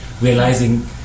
realizing